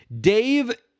Dave